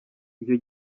icyo